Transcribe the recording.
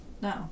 No